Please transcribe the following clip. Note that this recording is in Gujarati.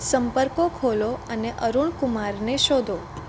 સંપર્કો ખોલો અને અરુણ કુમારને શોધો